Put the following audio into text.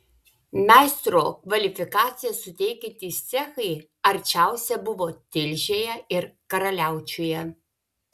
meistro kvalifikaciją suteikiantys cechai arčiausia buvo tilžėje ir karaliaučiuje